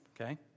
okay